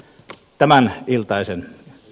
arvoisa puhemies